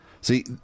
See